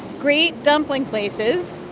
great dumpling places.